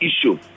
issue